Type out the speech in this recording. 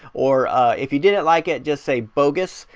or if you didn't like it, just say bogus,